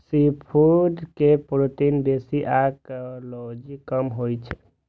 seafood मे protein बेसी आ कैलोरी कम होइ छै